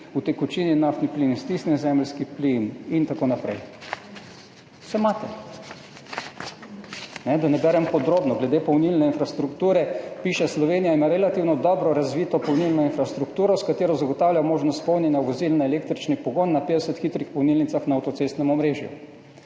utekočinjen naftni plin, stisnjen zemeljski plin in tako naprej. Saj imate vse, da ne berem podrobno. Glede polnilne infrastrukture piše, da ima Slovenija relativno dobro razvito polnilno infrastrukturo, s katero zagotavlja možnost polnjenja vozil na električni pogon na 50 hitrih polnilnicah na avtocestnem omrežju.